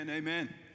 Amen